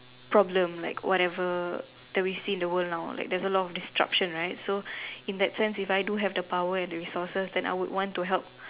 problem like whatever that we see in the world now like there's a lot of destruction right so in that sense if I do have the power and the resources then I would want to help